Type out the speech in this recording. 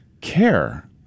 care